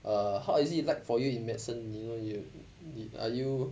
err how is it like for you in medicine you know you are you